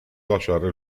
lasciare